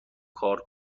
کار